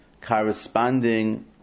corresponding